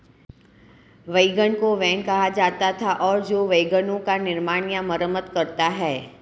wagon को van कहा जाता था और जो वैगनों का निर्माण या मरम्मत करता है